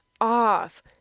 off